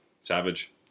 Savage